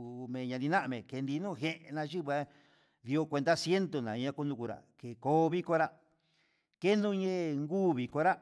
Ku ngueya ndiname keninuye nayiva nu kuenta ciento ña'a kunrunrá ke ko vikonrá kenunye kuu vikonra